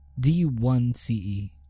D1CE